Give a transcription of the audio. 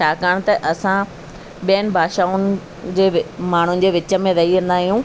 छाकाणि त असां ॿियनि भाषाउनि जे माण्हुनि जे विच में रहिया न आहियूं